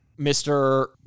Mr